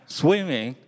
swimming